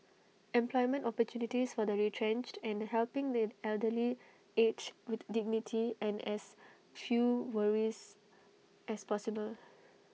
employment opportunities for the retrenched and helping the elderly age with dignity and as few worries as possible